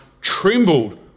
trembled